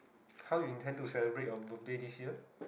how you intend to celebrate birthday this year